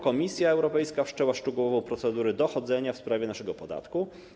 Komisja Europejska wszczęła szczegółową procedurę dochodzenia w sprawie naszego podatku.